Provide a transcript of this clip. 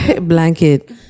blanket